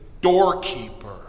doorkeeper